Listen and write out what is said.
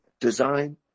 design